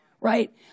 right